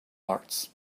arts